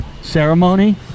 ceremony